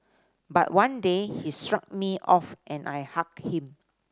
but one day he shrugged me off and I hug him